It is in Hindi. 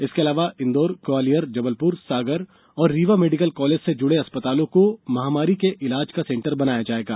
इसके अलावा इंदौर ग्वालियर जबलपुर सागर और रीवा मेडिकल कॉलेज से जुड़े अस्पतालों को महामारी के इलाज का सेंटर बनाया जाएगा